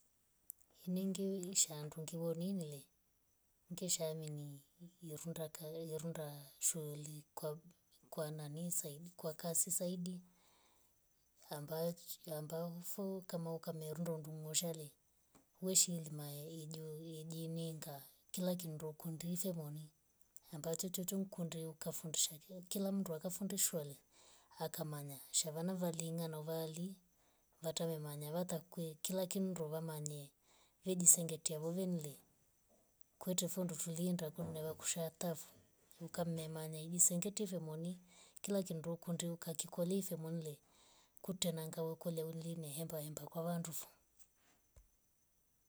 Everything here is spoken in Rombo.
Iningi isha handu ngiwaninile ngesahamimi irunda kaai irunda shouli kwa- kwanani saidi kwakasi saidi ambayo foo kama ukamerunda undungushale weshilima ijo- iji- ijininga kila nkindoku ndife mooni ambacho. tchotcho nkunde ukafundisha kila mndu akafundishwale akamanga shavana valinga nawali vatewemanya vata kwe kila kindo vamanye wejizingatia vivinle kwetwe foo ndotulinda. Kunava kushatavo ukammenya idi sengetive moni kila kindu kunduka kikolife monlie kute nanga ukolouline hembahemba kwa wandufa.